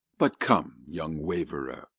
but come, young waverer,